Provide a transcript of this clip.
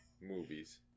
movies